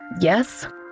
Yes